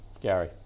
Gary